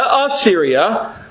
Assyria